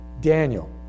Daniel